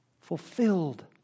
fulfilled